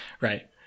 Right